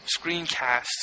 screencasts